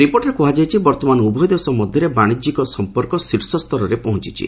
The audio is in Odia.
ରିପୋର୍ଟରେ କୁହାଯାଇଛି ବର୍ତ୍ତମାନ ଉଭୟ ଦେଶ ମଧ୍ୟରେ ବାଣିଜ୍ୟିକ ସମ୍ପର୍କ ଶୀର୍ଷ ସ୍ତରରେ ରହିଛି